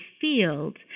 field